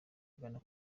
ugana